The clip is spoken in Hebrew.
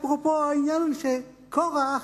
אפרופו העניין של קורח,